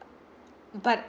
but